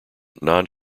non